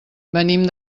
venim